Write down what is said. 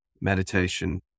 meditation